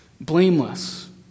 Blameless